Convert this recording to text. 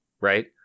right